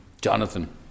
Jonathan